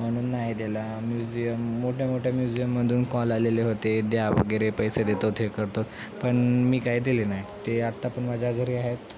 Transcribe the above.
म्हणून नाही दिला म्युझियम मोठ्या मोठ्या म्युझियमधून कॉल आलेले होते द्या वगैरे पैसे देतोत हे करतो पण मी काय दिली नाही ते आत्ता पण माझ्या घरी आहेत